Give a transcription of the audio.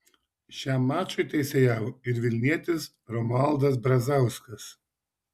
šiam mačui teisėjavo ir vilnietis romualdas brazauskas